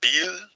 bill